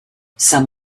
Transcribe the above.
some